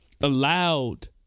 allowed